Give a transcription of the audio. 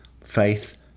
faith